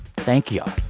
thank you.